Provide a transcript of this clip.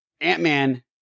Ant-Man